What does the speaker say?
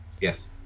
Yes